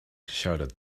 shouted